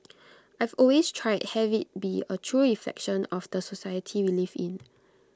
I've always tried have IT be A true reflection of the society we live in